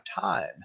time